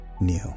new